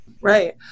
Right